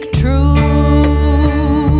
true